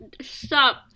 Stop